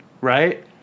right